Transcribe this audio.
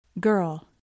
Girl